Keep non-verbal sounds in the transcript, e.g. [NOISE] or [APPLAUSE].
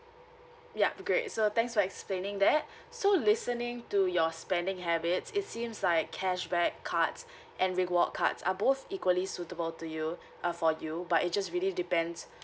yup great so thanks for explaining that [BREATH] so listening to your spending habits it seems like cashback cards [BREATH] and reward cards are both equally suitable to you uh for you but it just really depends